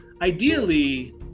ideally